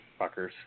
fuckers